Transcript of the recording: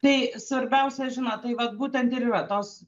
tai svarbiausia žinot tai vat būtent ir yra tos